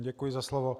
Děkuji za slovo.